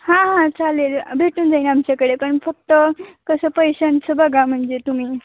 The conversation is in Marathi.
हां हां चालेल भेटून जाईन आमच्याकडे पण फक्त कसं पैशांचं बघा म्हणजे तुम्ही